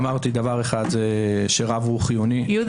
אמרתי דבר אחד, שרב הוא קיומי.